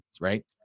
right